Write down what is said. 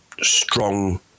strong